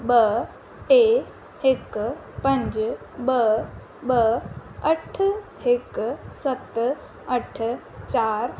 ॿ टे हिकु पंज ॿ ॿ अठ हिकु सत अठ चारि